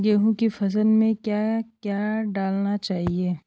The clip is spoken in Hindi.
गेहूँ की फसल में क्या क्या डालना चाहिए?